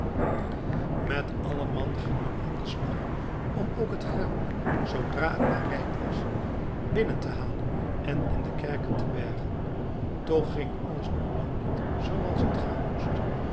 met alle man ging men aan den slag om ook het graan zoodra het maar rijp was binnen te halen en in de kerken te bergen toch ging alles nog lang niet zooals het gaan moest